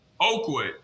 Oakwood